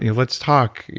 let's talk.